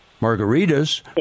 margaritas